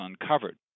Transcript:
uncovered